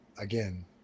again